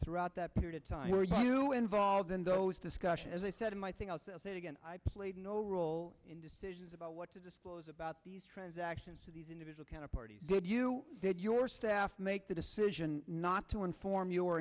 throughout that period of time were you involved in those discussions as i said in my thing i'll say again i played no role in decisions about what to disclose about these transactions to these individual counterparty did you did your staff make the decision not to inform you